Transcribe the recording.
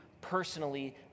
personally